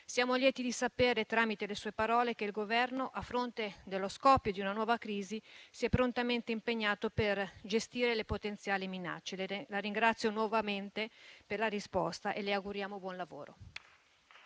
Siamo lieti di sapere, tramite le sue parole, che il Governo, a fronte dello scoppio di una nuova crisi, si è prontamente impegnato per gestire le potenziali minacce. La ringrazio nuovamente per la risposta e le auguriamo buon lavoro.